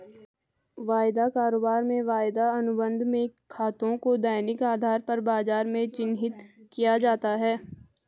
वायदा कारोबार में वायदा अनुबंध में खातों को दैनिक आधार पर बाजार में चिन्हित किया जाता है